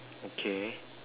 okay